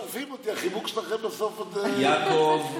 החיבוק שלכם בסוף עוד, יעקב,